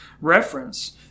reference